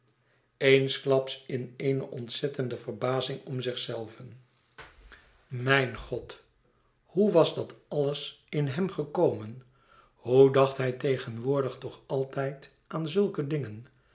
eensklaps in eene ontzettende verbazing om zichzelven mijn god hoe was dat alles in hem gekomen hoe dacht hij tegenwoordig toch altijd aan zulke dingen